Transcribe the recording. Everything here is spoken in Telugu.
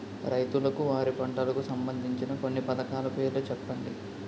రైతులకు వారి పంటలకు సంబందించిన కొన్ని పథకాల పేర్లు చెప్పండి?